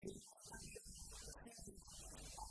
אלא בשמיטה ויובל. נשים לב.